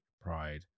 pride